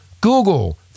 Google